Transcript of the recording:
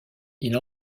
ils